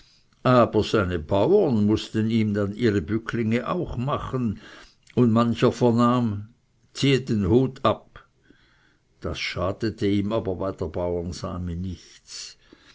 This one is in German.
seine bauern mußten ihm dann ihre bücklinge auch machen und mancher vernahm zieh den pflegel hut ab das schadete ihm aber bei der bauersami nichts